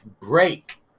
Break